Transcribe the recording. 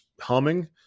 humming